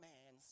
Man